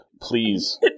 please